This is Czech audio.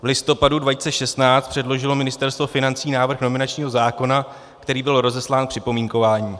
V listopadu 2016 předložilo Ministerstvo financí návrh nominačního zákona, který byl rozeslán k připomínkování.